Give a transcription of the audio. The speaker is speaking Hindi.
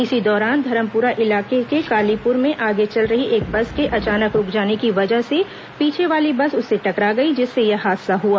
इसी दौरान धरमपुरा इलाके के कालीपुर में आगे चल रही एक बस के अचानक रुक जाने की वजह से पीछे वाली बस उससे टकरा गई जिससे यह हादसा हुआ